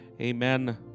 Amen